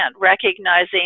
recognizing